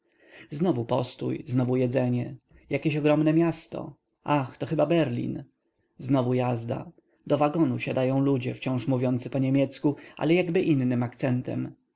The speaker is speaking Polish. ogródkami znowu postój znowu jedzenie jakieś ogromne miasto ach to chyba berlin znowu jazda do wagonu siadają ludzie wciąż mówiący po niemiecku ale jakby innym akcentem